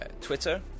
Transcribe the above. Twitter